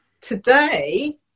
Today